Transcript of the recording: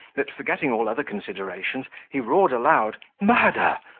that, forgetting all other considerations, he roared aloud, murder!